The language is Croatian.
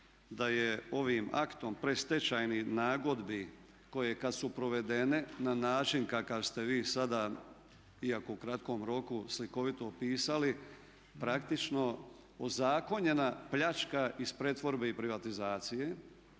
da je ovim aktom predstečajnih nagodbi koje kada su provedene na način kakav ste vi sada, iako u kratkom roku slikovito opisali, praktično ozakonjena pljačka iz pretvorbe i privatizacije